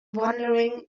wondering